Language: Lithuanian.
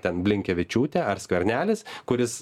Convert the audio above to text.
ten blinkevičiūtė ar skvernelis kuris